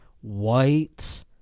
white